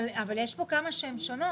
מי בעד קבלת ההסתייגות?